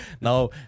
Now